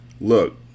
Look